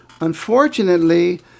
unfortunately